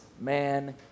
man